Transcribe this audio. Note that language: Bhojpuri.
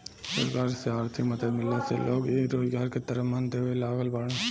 सरकार से आर्थिक मदद मिलला से लोग इ रोजगार के तरफ मन देबे लागल बाड़ें